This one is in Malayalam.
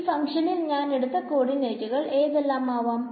ഈ ഫങ്ക്ഷനിൽ ഞാൻ എടുത്ത കോഡിനേറ്റുകൾ ഏതെല്ലാം ആവാം